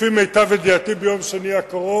לפי מיטב ידיעתי, ביום שני הקרוב,